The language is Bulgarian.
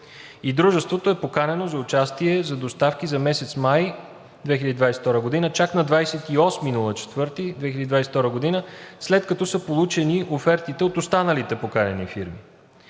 и дружеството е поканено за участие за доставки за месец май 2022 г. чак на 28 април 2022 г., след като са получени офертите от останалите поканени фирми.